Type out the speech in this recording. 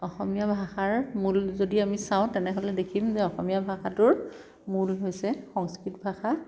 অসমীয়া ভাষাৰ মূল যদি আমি চাওঁ তেনেহ'লে দেখিম যে অসমীয়া ভাষাটোৰ মূল হৈছে সংস্কৃত ভাষা